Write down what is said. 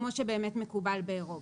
כמו שבאמת מקובל באירופה.